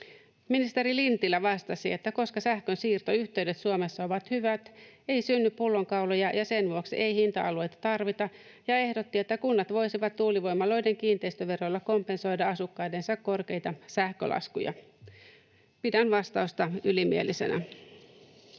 Ministeri Lintilä vastasi, että koska sähkön siirtoyhteydet Suomessa ovat hyvät, ei synny pullonkauloja ja sen vuoksi ei hinta-alueita tarvita, ja ehdotti, että kunnat voisivat tuulivoimaloiden kiinteistöveroilla kompensoida asukkaidensa korkeita sähkölaskuja. Pidän vastausta ylimielisenä.